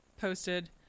posted